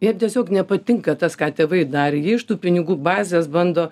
jiem tiesiog nepatinka tas ką tėvai darė jie iš tų pinigų bazės bando